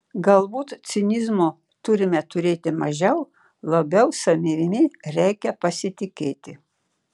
galbūt cinizmo turime turėti mažiau labiau savimi reikia pasitikėti